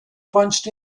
punched